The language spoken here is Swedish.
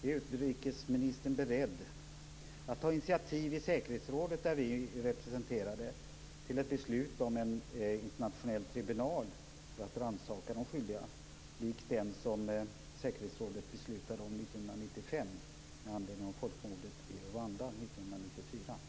Är utrikesministern beredd att ta initiativ i säkerhetsrådet, där Sverige är representerat, till ett beslut om en internationell tribunal för att rannsaka de skyldiga likt den som säkerhetsrådet beslutade om 1995 i anledning av folkmordet i Rwanda 1994?